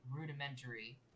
rudimentary